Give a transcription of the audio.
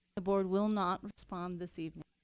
the board will not respond this evening.